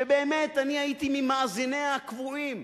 שבאמת אני הייתי ממאזיניה הקבועים.